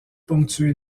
ponctué